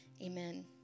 Amen